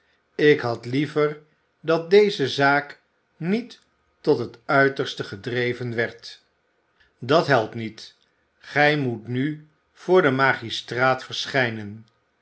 ik had liever dat deze zaak niet tot het uiterste gedreven werd dat helpt niet gij moet nu voor den magisstraat verschijnen